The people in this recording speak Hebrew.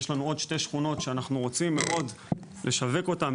יש לנו עוד שתי שכונות שאנחנו רוצים מאוד לשווק אותן,